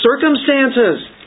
circumstances